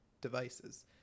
devices